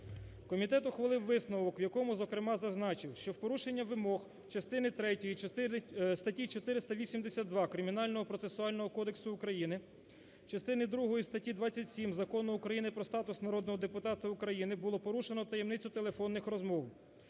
Комітет ухвалив висновок, у якому зокрема зазначив, що в порушенні вимог частини третьої і частини… статті 482 Кримінального процесуального кодексу України, частини другої статті 27 Закону України "Про статус народного депутата України" було порушено таємницю телефонних розмов.